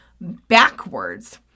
backwards